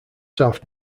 south